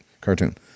cartoon